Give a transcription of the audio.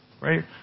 right